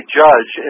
judge